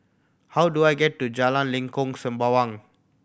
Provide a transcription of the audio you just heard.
how do I get to Jalan Lengkok Sembawang